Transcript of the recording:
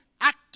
act